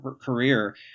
career